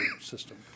system